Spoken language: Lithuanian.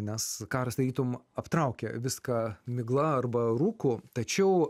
nes karas tarytum aptraukia viską migla arba rūku tačiau